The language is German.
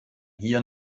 hier